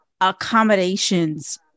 accommodations